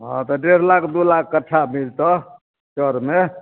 हँ तऽ डेढ़ लाख दू लाख कट्ठा मिलतऽ चऽरमे